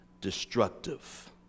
destructive